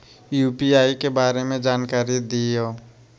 UPI के बारे में जानकारी दियौ?